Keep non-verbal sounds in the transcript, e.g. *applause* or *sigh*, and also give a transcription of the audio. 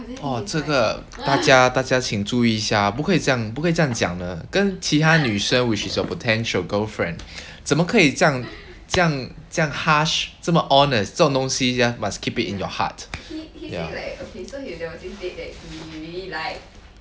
*breath* 这个大家大家请注意一下不可以这样不可以这样讲的跟其他女生 which is your potential girlfriend 怎么可以这样这样 harsh 这么 honest 这种东西 sia must keep it in your heart ya